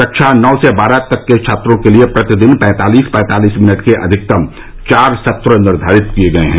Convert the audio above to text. कक्षा नौ से बारह तक के छात्रों के लिए प्रतिदिन पैंतालीस पैंतालीस मिनट के अधिकतम चार सत्र निर्धारित किए गए हैं